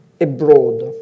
abroad